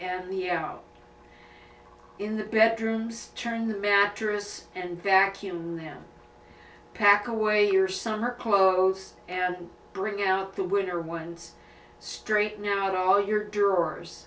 arrow in the bedrooms turn the mattress and vacuum them pack away your summer clothes and bring out the winner once straighten out all your drawers